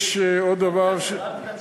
יש עוד דבר, אל תקצר,